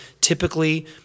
typically